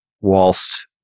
whilst